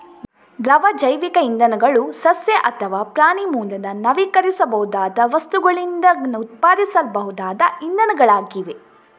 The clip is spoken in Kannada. ದ್ರವ ಜೈವಿಕ ಇಂಧನಗಳು ಸಸ್ಯ ಅಥವಾ ಪ್ರಾಣಿ ಮೂಲದ ನವೀಕರಿಸಬಹುದಾದ ವಸ್ತುಗಳಿಂದ ಉತ್ಪಾದಿಸಬಹುದಾದ ಇಂಧನಗಳಾಗಿವೆ